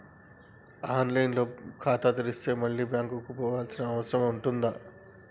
On line లో ఖాతా తెరిస్తే మళ్ళీ బ్యాంకుకు పోవాల్సిన అవసరం ఉంటుందా?